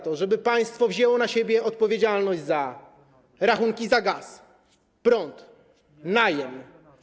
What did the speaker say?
Chcemy, żeby państwo wzięło na siebie odpowiedzialność za rachunki za gaz, prąd, najem.